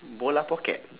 bola pocket